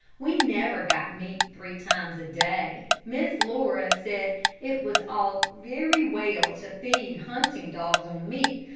we never got meat three times a day. miss laura said it was all very well to feed hunting dogs on meat,